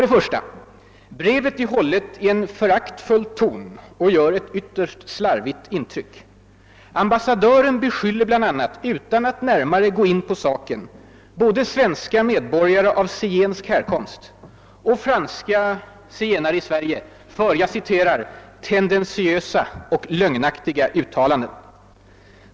1) Brevet är hållet i en föraktfull ton och gör ett ytterst slarvigt intryck. Ambassadören beskyller bl.a., utan att närmare gå in på saken, både svenska medborgare av zigensk härkomst och franska zigenare i Sverige för »tendentiösa och lögnaktiga uttalanden«.